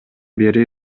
бери